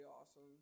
awesome